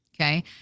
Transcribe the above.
Okay